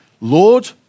Lord